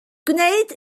gwneud